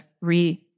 re